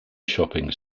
shopping